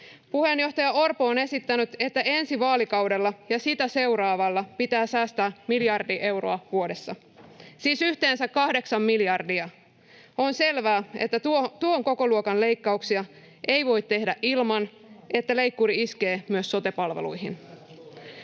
Puheenjohtaja Orpo on esittänyt, että ensi vaalikaudella ja sitä seuraavalla pitää säästää miljardi euroa vuodessa, siis yhteensä kahdeksan miljardia. On selvää, että tuon kokoluokan leikkauksia ei voi tehdä ilman, että leikkuri iskee myös sote-palveluihin.